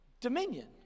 dominion